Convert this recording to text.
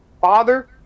father